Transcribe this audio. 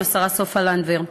סופה לנדבר,